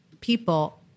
people